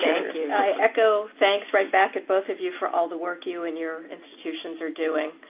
thank you. i echo thanks right back at both of you for all the work you and your institutions are doing.